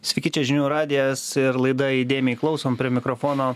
sveiki čia žinių radijas ir laida įdėmiai klausom prie mikrofono